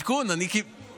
הבנו את העדכון, הכול סבבה.